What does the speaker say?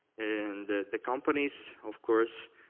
and the the companies, of course,